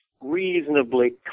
reasonably